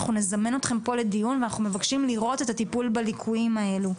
אנחנו נזמן אתכם לדיון ואנחנו מבקשים לראות את הטיפול בליקויים האלה.